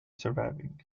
surviving